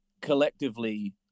collectively